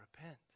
repent